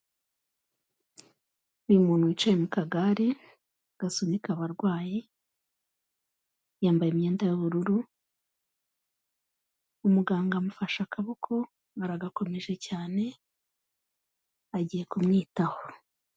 Ni muntu wicaye mu kagare gasunika abarwayi, yambaye imyenda y'ubururu, umuganga amufashe akaboko aragakomeje cyane, agiye kumwitaho.